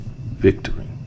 victory